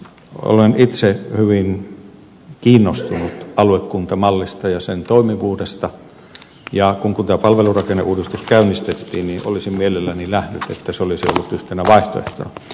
olen itse hyvin kiinnostunut aluekuntamallista ja sen toimivuudesta ja kun tämä palvelurakenneuudistus käynnistettiin niin olisin mielelläni nähnyt että se olisi ollut yhtenä vaihtoehtona